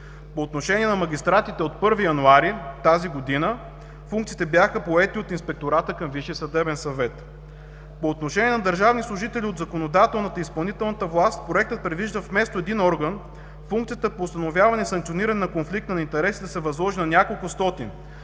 По отношение на магистратите от 1 януари тази година, функциите бяха поети от Инспектората към Висшия съдебен съвет. По отношение на държавни служители от законодателната и изпълнителната власт, Проектът предвижда вместо един орган, функцията по установяване и санкциониране на конфликт на интереси да се възложи на няколко стотин.